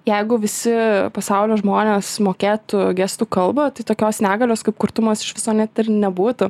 jeigu visi pasaulio žmonės mokėtų gestų kalbą tai tokios negalios kaip kurtumas iš viso net ir nebūtų